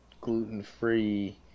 gluten-free